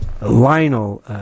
Lionel